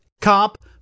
cop